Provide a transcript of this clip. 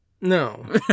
No